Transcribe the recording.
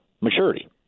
Maturity